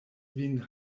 vin